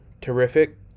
terrific